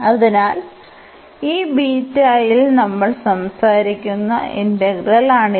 അതിനാൽ ഈ ബീറ്റയിൽ നമ്മൾ സംസാരിക്കുന്ന ഇന്റഗ്രലാണിത്